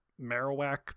marowak